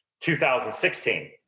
2016